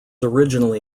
originally